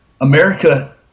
America